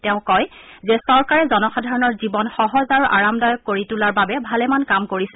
তেওঁ কয় যে চৰকাৰে জনসাধাৰণৰ জীৱন সহজ আৰু আৰামদায়ক কৰি তোলাৰ বাবে ভালেমান কাম কৰিছে